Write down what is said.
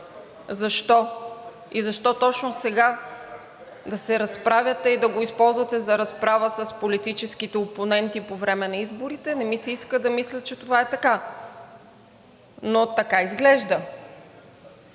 Защо? И защо точно сега да се разправяте и да го използвате за разправа с политическите опоненти по време на изборите? Не ми се иска да мисля, че това е така, но така изглежда.